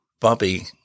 Bobby